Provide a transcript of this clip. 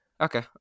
Okay